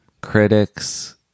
critics